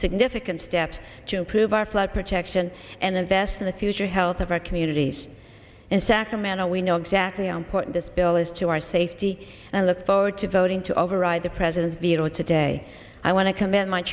significant steps to improve our flood protection and invest in the future health of our communities in sacramento we know exactly how important this bill is to our safety and i look forward to voting to override the president's veto today i want to com